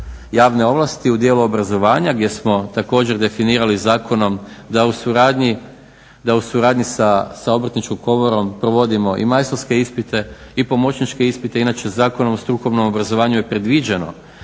javne ovlasti u dijelu obrazovanja gdje smo također definirali zakonom da u suradnji sa Obrtničkom komorom provodimo i majstorske ispite i pomoćničke ispite. Inače, Zakonom o strukovnom obrazovanju je predviđeno